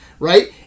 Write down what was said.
Right